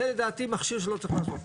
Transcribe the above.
זה מכשיר שלא צריך לעשות.